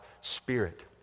Spirit